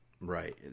Right